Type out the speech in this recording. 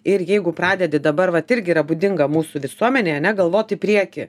ir jeigu pradedi dabar vat irgi yra būdinga mūsų visuomenėj ane galvot į priekį